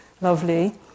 lovely